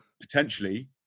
potentially